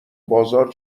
بازار